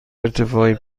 ارتفاعی